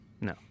no